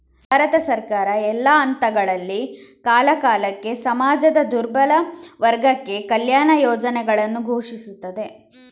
ಭಾರತ ಸರ್ಕಾರ, ಎಲ್ಲಾ ಹಂತಗಳಲ್ಲಿ, ಕಾಲಕಾಲಕ್ಕೆ ಸಮಾಜದ ದುರ್ಬಲ ವರ್ಗಕ್ಕೆ ಕಲ್ಯಾಣ ಯೋಜನೆಗಳನ್ನು ಘೋಷಿಸುತ್ತದೆ